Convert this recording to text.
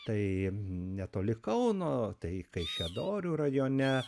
tai netoli kauno tai kaišiadorių rajone